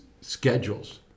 schedules